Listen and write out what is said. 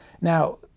Now